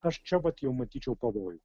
aš čia vat jau matyčiau pavojų